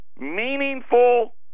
Meaningful